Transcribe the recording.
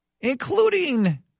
including